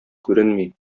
күренми